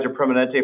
Permanente